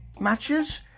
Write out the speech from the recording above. matches